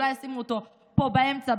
אולי ישימו אותו פה, באמצע.